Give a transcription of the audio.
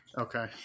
Okay